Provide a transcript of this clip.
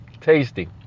tasty